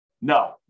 No